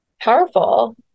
powerful